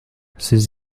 ces